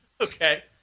Okay